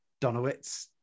Donowitz